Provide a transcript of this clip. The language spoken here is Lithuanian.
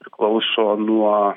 priklauso nuo